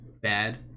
bad